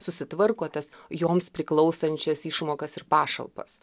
susitvarko tas joms priklausančias išmokas ir pašalpas